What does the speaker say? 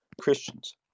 Christians